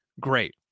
great